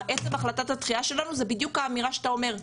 עצם החלטת הדחייה שלנו זה בדיוק האמירה שאתה אומר.